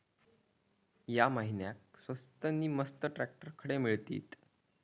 या महिन्याक स्वस्त नी मस्त ट्रॅक्टर खडे मिळतीत?